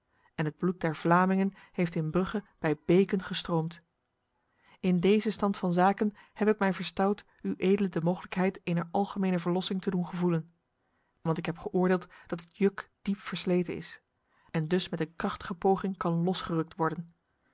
en het bloed der vlamingen heeft in brugge bij beken gestroomd in deze stand van zaken heb ik mij verstout uedele de mogelijkheid ener algemene verlossing te doen gevoelen want ik heb geoordeeld dat het juk diep versleten is en dus met een krachtige poging kan losgerukt worden